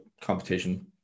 competition